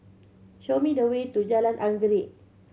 show me the way to Jalan Anggerek